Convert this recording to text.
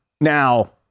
Now